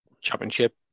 championship